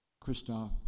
Christoph